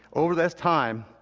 over this time,